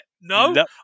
No